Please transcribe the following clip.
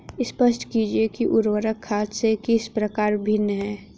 स्पष्ट कीजिए कि उर्वरक खाद से किस प्रकार भिन्न है?